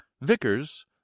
Vickers